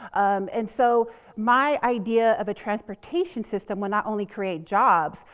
and so my idea of a transportation system would not only create jobs,